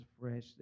fresh